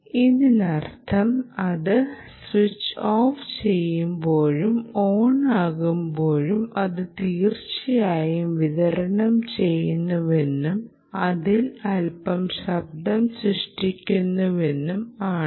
ഇതിനർത്ഥം അത് switch off ചെയ്യുമ്പോഴും ഓണാക്കുമ്പോഴും അത് തീർച്ചയായും വിതരണം ചെയ്യുന്നുവെന്നും അതിൽ അൽപ്പം ശബ്ദം സൃഷ്ടിക്കുന്നുവെന്നും ആണ്